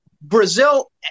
Brazil